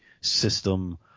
system